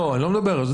בעולים יש